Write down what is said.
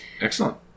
Excellent